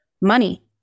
money